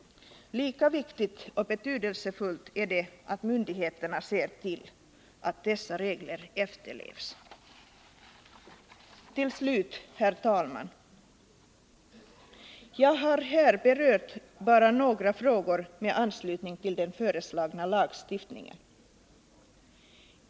Lika viktigt och betydelsefullt är det att myndigheterna ser till att dessa regler efterlevs. Herr talman! Jag har här berört bara några frågor med anslutning till den föreslagna lagstiftningen.